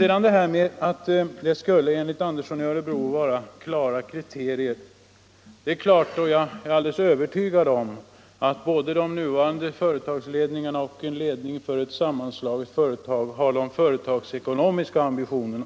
Enligt herr Andersson i Örebro skulle det finnas klara kriterier. Jag är alldeles övertygad om att både de nuvarande företagsledningarna och en ledning för ett sammanslaget företag har företagsekonomiska ambitioner.